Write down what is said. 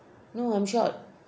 no I'm short